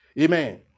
Amen